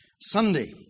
Sunday